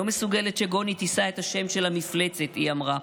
לא מסוגלת שגוני תישא את השם של המפלצת, היא אמרה.